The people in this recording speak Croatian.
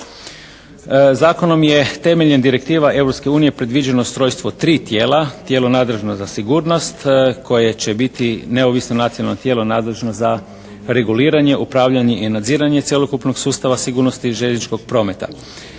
Zakonom je temeljem direktiva Europske unije predviđeno ustrojstvo tri tijela, tijelo nadležno za sigurnost koje će biti neovisno nacionalno tijelo nadležno za reguliranje, upravljanje i nadziranje cjelokupnog sustava sigurnosti željezničkog prometa.